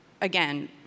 again